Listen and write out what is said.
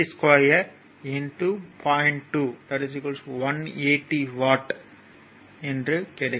2 180 watt என்று ஆகிவிடும்